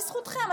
בזכותכם.